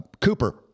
Cooper